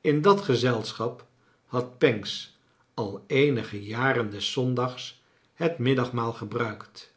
in dat gezelschap had pancks al eenige jaren des zondags het middagmaal gebruikt